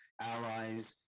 allies